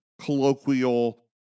colloquial